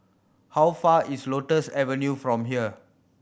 how far is Lotus Avenue from here